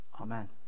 Amen